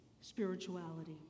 spirituality